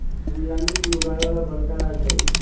तमिलनाडु फूल उगावे वाला बड़का राज्य हई